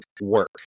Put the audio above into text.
work